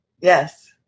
Yes